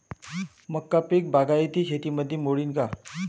मका पीक बागायती शेतीमंदी मोडीन का?